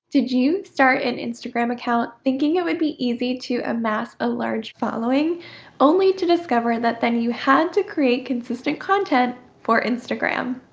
did you start an instagram account thinking it would be easy to amass a large following only to discover that then you had to create consistent content for instagram?